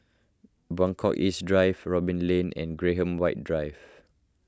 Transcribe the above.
Buangkok East Drive Robin Lane and Graham White Drive